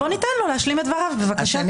אז בוא ניתן לו להשלים את דבריו בבקשה.